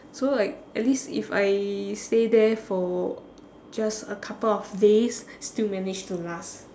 so like at least if I stay there for just a couple of days still manage to last